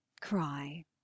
cry